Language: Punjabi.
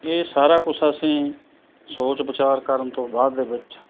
ਇਹ ਸਾਰਾ ਕੁਛ ਅਸੀਂ ਸੋਚ ਵਿਚਾਰ ਕਰਨ ਤੋਂ ਬਾਅਦ ਦੇ ਵਿੱਚ